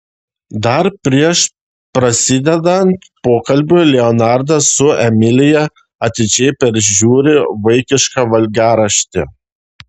dar prieš prasidedant pokalbiui leonardas su emilija atidžiai peržiūri vaikišką valgiaraštį